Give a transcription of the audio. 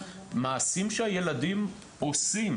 המעשים שהילדים עושים.